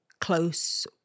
close